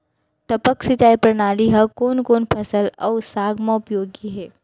टपक सिंचाई प्रणाली ह कोन कोन फसल अऊ साग म उपयोगी कहिथे?